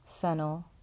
Fennel